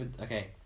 okay